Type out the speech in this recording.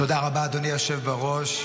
תודה רבה, אדוני היושב-ראש.